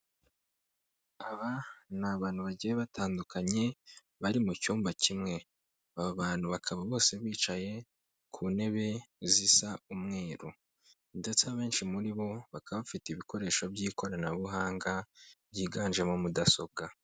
Aba ni abantu bagiye batandukanye bari mu cyumba kimwe aba bantu bakaba bose bicaye ku ntebe zisa umweru ndetse abenshi muri bo bakaba bafite ibikoresho by'ikoranabuhanga byiganjemo mudasobwa.